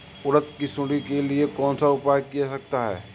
उड़द की सुंडी के लिए कौन सा उपाय किया जा सकता है?